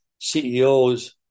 CEOs